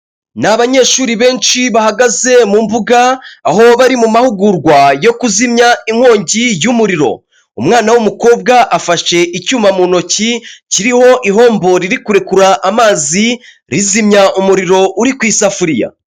Ni abanyeshuri benshi bahagaze mu mbuga aho bari mu mahugurwa yo kuzimya inkongi y'umuriro, umwana w'umukobwa afashe icyuma mu ntoki kiriho ihombo riri kurekura amazi rizimya umuriro uri ku isafuriya.